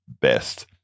best